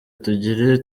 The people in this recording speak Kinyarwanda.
tugire